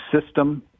system